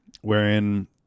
wherein